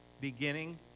Beginning